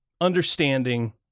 understanding